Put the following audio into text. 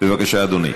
תמשוך את החוק.